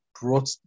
brought